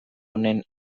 honen